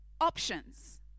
options